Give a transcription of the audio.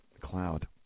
cloud